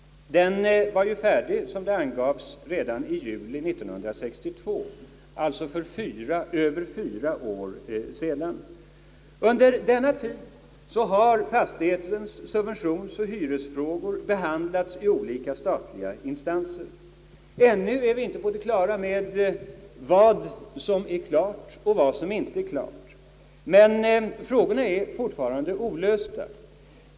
Den var ju färdig, som det angavs, redan i juli år 1962, alltså för över fyra år sedan. Under denna tid har fastighetens subventionsoch hyresfrågor behandlats i olika statliga instanser. Ännu vet vi inte vad som är klart och vad som inte är klart — frågorna är fortfarande olösta.